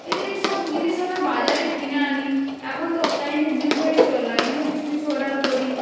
এই সব জিনিস আমরা বাজারে কিনে আনি এখন তো অনলাইনে যুগ হয়েছে অনলাইনেও কিছু কিছু অর্ডার করি